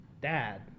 Dad